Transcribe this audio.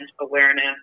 awareness